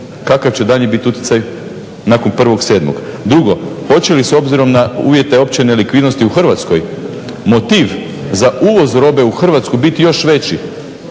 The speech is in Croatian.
Kakav će daljnji bit utjecaj nakon 1.7.? Drugo, hoće li s obzirom na uvjete opće nelikvidnosti u Hrvatskoj motiv za uvoz robe u Hrvatsku biti još veći